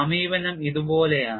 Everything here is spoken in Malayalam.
സമീപനം ഇതുപോലെയാണ്